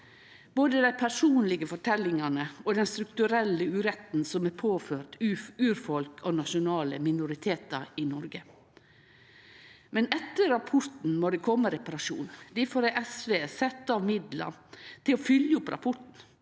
både dei personlege forteljingane og den strukturelle uretten som er påført urfolk og nasjonale minoritetar i Noreg. Men etter rapporten må det kome reparasjon. Difor har SV sett av midlar til å fylgje opp rapporten,